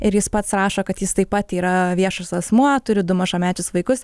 ir jis pats rašo kad jis taip pat yra viešas asmuo turi du mažamečius vaikus